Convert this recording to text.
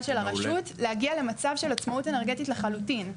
של הרשות להגיע למצב של עצמאות אנרגטית לחלוטין,